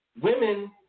women